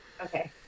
okay